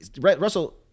Russell